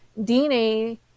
DNA